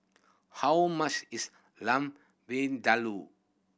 how much is Lamb Vindaloo